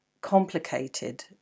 complicated